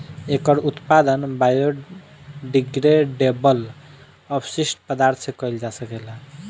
एकर उत्पादन बायोडिग्रेडेबल अपशिष्ट पदार्थ से कईल जा सकेला